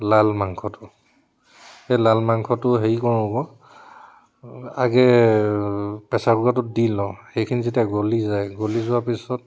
লাল মাংসটো সেই লাল মাংসটো হেৰি কওঁ আকৌ আগেয়ে পেচাৰ কুকাৰটোত দি লওঁ সেইখিনি যেতিয়া গলি যায় গলি যোৱাৰ পিছত